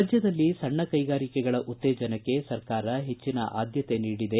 ರಾಜ್ಯದಲ್ಲಿ ಸಣ್ಣ ಕೈಗಾರಿಕೆಗಳ ಉತ್ತೇಜನಕ್ಕೆ ಸರ್ಕಾರ ಹೆಚ್ಚಿನ ಆದ್ಯತೆ ನೀಡಿದೆ